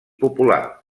popular